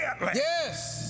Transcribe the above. Yes